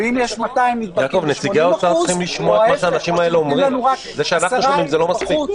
אם ב-200 נדבקים מאפשרים לנו לעבוד ב-80% תפוסה.